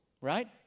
Right